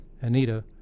Anita